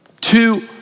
Two